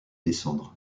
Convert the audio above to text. descendre